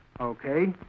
Okay